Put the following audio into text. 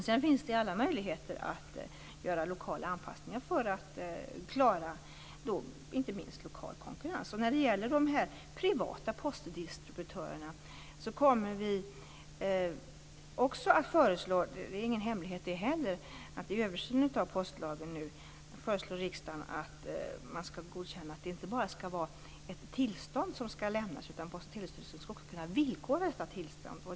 Sedan finns det alla möjligheter att göra lokala anpassningar för att klara inte minst lokal konkurrens. När det gäller de privata postdistributörerna kommer vi också vid översynen av postlagen att föreslå riksdagen, vilket inte är någon hemlighet, att man skall godkänna att det inte bara skall vara ett tillstånd som skall lämnas, utan att Post och telestyrelsen också skall kunna villkora detta tillstånd.